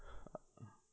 ah